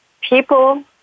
people